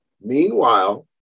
Meanwhile